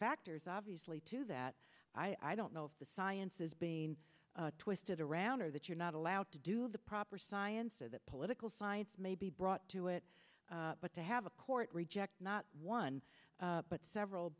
factors obviously to that i don't know if the science is being twisted around or that you're not allowed to do the proper science or that political science may be brought to it but to have a court reject not one but several